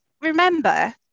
remember